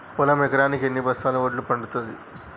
పొలం ఎకరాకి ఎన్ని బస్తాల వడ్లు పండుతుంది?